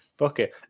okay